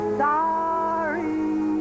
sorry